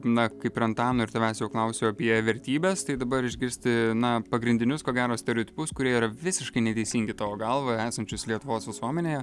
na kaip ir antano ir tavęs jau klausiau apie vertybes tai dabar išgirsti na pagrindinius ko gero stereotipus kurie yra visiškai neteisingi tavo galva esančius lietuvos visuomenėje